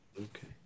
okay